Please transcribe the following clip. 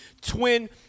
twin